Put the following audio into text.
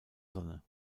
sonne